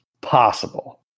possible